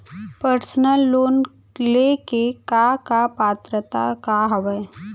Personal loan ले के का का पात्रता का हवय?